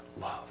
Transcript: love